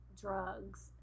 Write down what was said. drugs